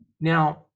Now